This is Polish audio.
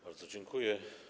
Bardzo dziękuję.